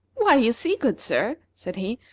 why, you see, good sir, said he,